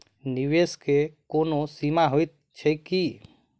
निवेश केँ कोनो सीमा होइत छैक की?